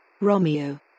Romeo